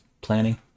planning